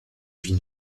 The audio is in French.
vit